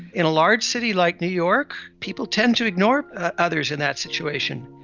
in a large city like new york, people tend to ignore others in that situation.